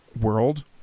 world